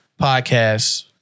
Podcasts